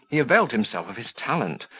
he availed himself of his talent,